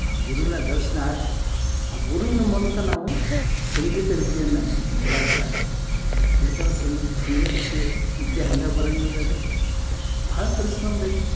ಆ ಗುರುವಿನ ದರ್ಶನ ಆಯಿತು ಆ ಗುರುವಿನ ಮೂಲಕ ನಾವು ಸಂಗೀತ ವಿದ್ಯೆಯನ್ನು ಕಲ್ಯಾಕ ಸಾಧ್ಯ ಇಲ್ಕಂದ್ರೆ ಸನ್ನಿಧಿ ಸಂಗೀತ ಸಿರಿ ವಿದ್ಯ ಹಂಗೆ ಬರಂಗಿಲ್ರಿ ಅದು ಬಹಳ ಪರಿಶ್ರಮ ಬೇಕು